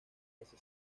ese